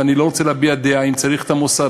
ואני לא רוצה להביע דעה אם צריך את המוסד,